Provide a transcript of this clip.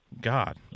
God